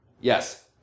Yes